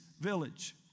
village